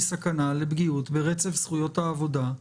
סכנה לפגיעה ברצף של זכויות העבודה?